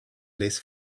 less